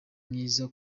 myiza